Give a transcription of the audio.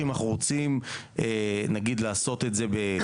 שאם אנחנו רוצים לעשות את זה בתת-הקרקע,